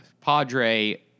Padre